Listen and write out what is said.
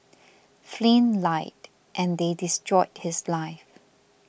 Flynn lied and they destroyed his life